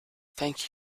thank